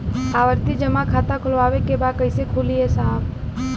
आवर्ती जमा खाता खोलवावे के बा कईसे खुली ए साहब?